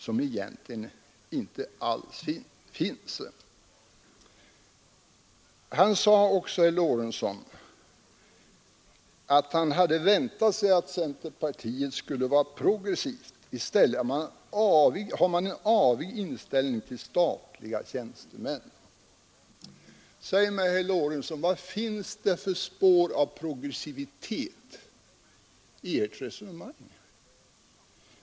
Herr Lorentzon sade också att han hade väntat sig att centerpartiet skulle vara progressivt. I stället har man där en avig inställning till statstjänstemän. Säg mig, herr Lorentzon, vad finns det för spår av progressivitet i ert resonemang?